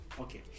Okay